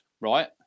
right